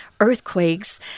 earthquakes